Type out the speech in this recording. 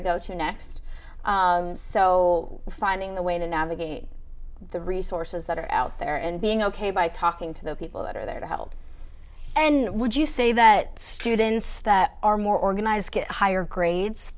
to go to next so finding the way to navigate the resources that are out there and being ok by talking to the people that are there to help and would you say that students that are more organized get higher grades